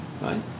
right